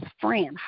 friend